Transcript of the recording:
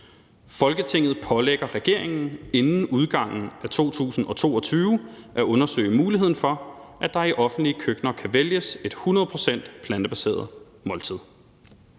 Folketinget pålægger regeringen inden udgangen af 2022 at undersøge muligheden for, at der i offentlige køkkener kan vælges et 100 pct. plantebaseret måltid.«